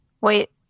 Wait